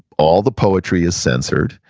all the poetry is censored.